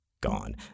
gone